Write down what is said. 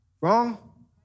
Wrong